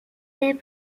des